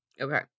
okay